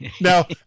now